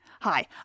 Hi